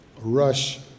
rush